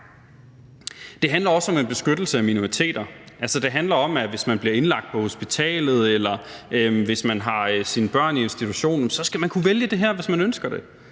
Det handler også om en beskyttelse af minoriteter. Det handler om, at hvis man bliver indlagt på hospitalet, eller hvis man har sine børn i institution, skal man kunne vælge det her, hvis man ønsker det.